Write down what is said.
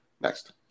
next